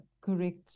correct